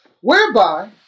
whereby